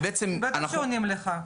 ובעצם אנחנו --- בטח שעונים לך.